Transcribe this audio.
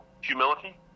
humility